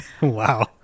wow